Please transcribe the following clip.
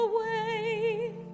away